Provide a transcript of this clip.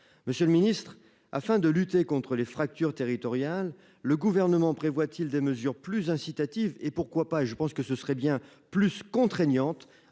Monsieur le Ministre, afin de lutter contre les fractures territoriales. Le gouvernement prévoit-t-il des mesures plus incitatives et pourquoi pas et je pense que ce serait bien plus contraignante